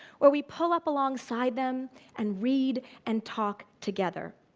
or we pull up alongside them and read and talk together.